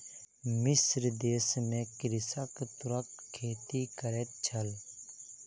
मिस्र देश में कृषक तूरक खेती करै छल